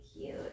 cute